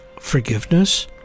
forgiveness